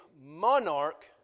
Monarch